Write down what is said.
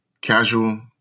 Casual